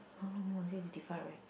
how long more you say fifty five right